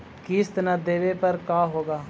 किस्त न देबे पर का होगा?